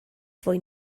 fwy